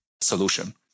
solution